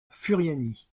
furiani